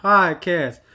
Podcast